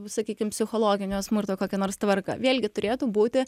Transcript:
sakykim psichologinio smurto kokia nors tvarka vėlgi turėtų būti